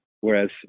whereas